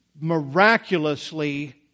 miraculously